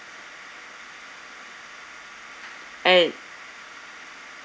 and